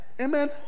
Amen